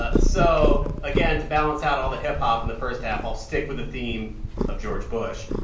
ah so again, to balance out all the hip-hop in the first half, i'll stick with the theme of george bush.